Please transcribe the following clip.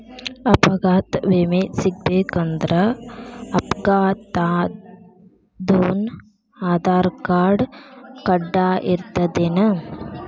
ಅಪಘಾತ್ ವಿಮೆ ಸಿಗ್ಬೇಕಂದ್ರ ಅಪ್ಘಾತಾದೊನ್ ಆಧಾರ್ರ್ಕಾರ್ಡ್ ಕಡ್ಡಾಯಿರ್ತದೇನ್?